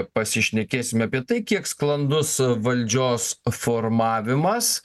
pasišnekėsim apie tai kiek sklandus valdžios formavimas